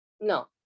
No